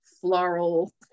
floral